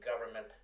government